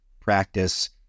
practice